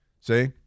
See